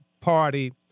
Party